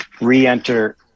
re-enter